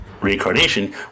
reincarnation